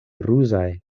ruzaj